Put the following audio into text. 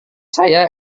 saya